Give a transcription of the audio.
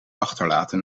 achterlaten